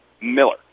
Miller